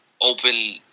open